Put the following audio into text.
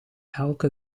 elke